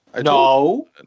No